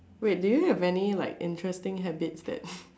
wait do you have any like interesting habits that